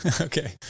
Okay